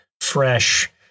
fresh